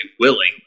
willing